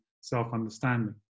self-understanding